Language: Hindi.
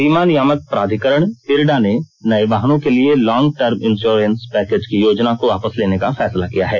बीमा नियामक प्राधिकरण इरडा ने नये वाहनों के लिए लांग टर्म इंश्योरेंस पैकेज की योजना को वापस लेने का फैसला किया है